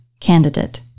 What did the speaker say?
candidate